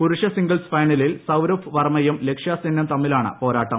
പുരുഷ സിംഗിൾസ് ഫൈനലിൽ സൌരഭ് വർമ്മയും ലക്ഷ്യ സെന്നും തമ്മിലാണ് പോരാട്ടം